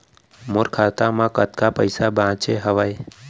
मोर खाता मा कतका पइसा बांचे हवय?